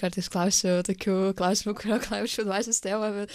kartais klausiu tokių klausimų kurio klausčiau dvasios tėvo bet